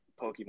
Pokemon